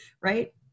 right